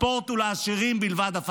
ספורט הפך להיות לעשירים בלבד.